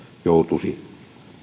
joutuisi